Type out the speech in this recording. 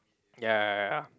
ya ya ya ya